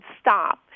Stop